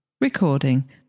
Recording